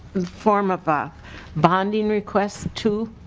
form of a bonding request to?